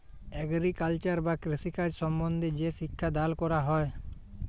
agriculture বা কৃষিকাজ সম্বন্ধে যে শিক্ষা দাল ক্যরা হ্যয়